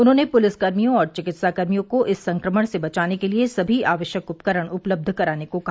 उन्होंने पुलिसकर्मियों और चिकित्साकर्मियों को इस संक्रमण से बचाने के लिये सभी आवश्यक उपकरण उपलब्ध कराने को कहा